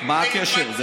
מה הקשר?